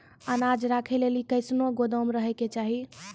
अनाज राखै लेली कैसनौ गोदाम रहै के चाही?